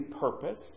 purpose